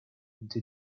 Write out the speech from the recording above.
into